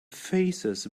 faces